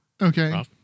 Okay